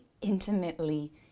intimately